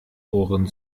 ohren